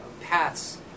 paths